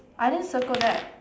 I didn't circle that